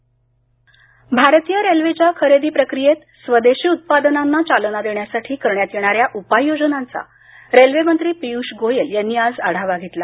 railway भारतीय रेल्वेच्या खरेदी प्रक्रियेत स्वदेशी उत्पादनांना चालना देण्यासाठी करण्यात येणाऱ्या उपाय योजनांचा रेल्वे मंत्री पीयूष गोयल यांनी आज आढावा घेतला